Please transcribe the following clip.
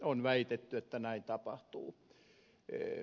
on väitetty että näin tapahtuu